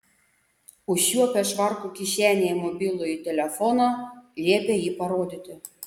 užčiuopę švarko kišenėje mobilųjį telefoną liepė jį parodyti